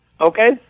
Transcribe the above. Okay